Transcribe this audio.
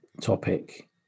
topic